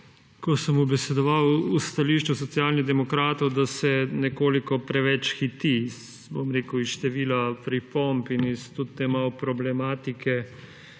ko sem ubesedoval stališča Socialnih demokratov, da se nekoliko preveč hiti. Bom rekel, iz števila pripomb in tudi iz te problematike,